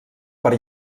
per